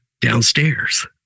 downstairs